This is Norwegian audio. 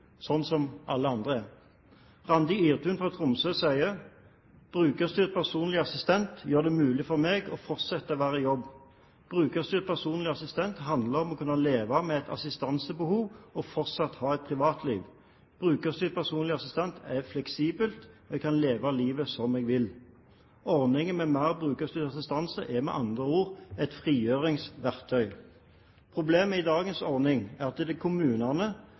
som alle andre er. Randi Irtun fra Tromsø sier at brukerstyrt personlig assistent «gjør det mulig for meg å fortsatt være i jobb. BPA handler om å kunne leve med assistansebehov og fortsatt ha et privatliv. BPA er fleksibelt. Jeg kan leve livet slik jeg vil.» Ordningen med mer brukerstyrt assistanse er med andre ord et frigjøringsverktøy. Problemet med dagens ordning er at det er kommunene